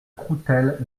croutelle